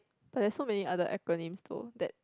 but there's so many other acronyms though that